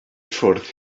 ffwrdd